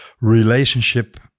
relationship